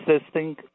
assisting